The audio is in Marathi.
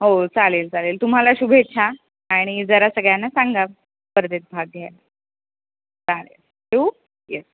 हो चालेल चालेल तुम्हाला शुभेच्छा आणि जरा सगळ्यांना सांगा स्पर्धेत भाग घ्यायला चालेल ठेवू येस